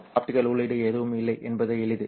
இங்கே ஆப்டிகல் உள்ளீடு எதுவும் இல்லை என்பது எளிது